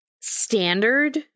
Standard